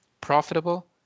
profitable